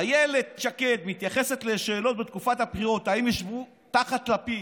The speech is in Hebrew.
אילת שקד מתייחסת לשאלות בתקופת הבחירות אם ישבו תחת לפיד: